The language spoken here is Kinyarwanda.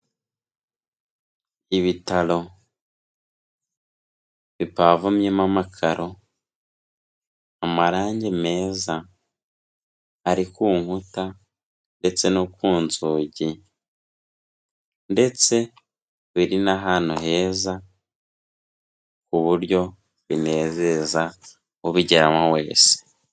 Ibitaro bipavumyemo amakararo, amarangi meza ari ku nkuta ndetse no ku nzugi ndetse biri n'ahantu heza ku buryo binezeza ubigeramo wese.